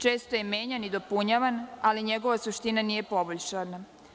Često je menjan i dopunjavan, ali njegova suština nije poboljšana.